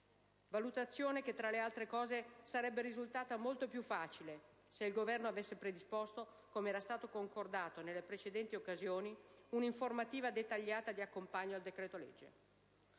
valutazione, tra le altre cose, sarebbe risultata molto più facile se il Governo avesse predisposto - secondo quanto concordato nelle precedenti occasioni - un'informativa dettagliata di accompagno al decreto-legge.